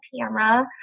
camera